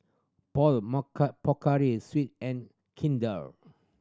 Paul Pocari Sweat and Kinder